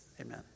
Amen